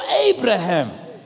Abraham